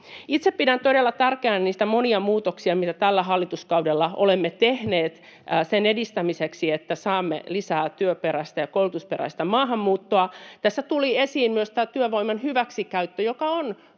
Itse pidän todella tärkeänä niitä monia muutoksia, mitä tällä hallituskaudella olemme tehneet sen edistämiseksi, että saamme lisää työperäistä ja koulutusperäistä maahanmuuttoa. Tässä tuli esiin myös työvoiman hyväksikäyttö, joka on